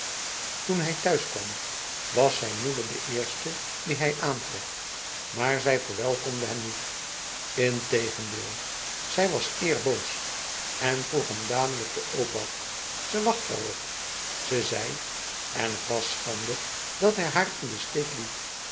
toen hij thuiskwam was zijn moeder de eerste die hij aantrof maar zij verwelkomde hem niet integendeel zij was eer boos en vroeg hem dadelijk de obat ze wachtte erop zei ze en t was schande dat hij haar in de steek liet